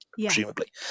presumably